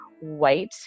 white